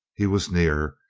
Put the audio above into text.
he was near,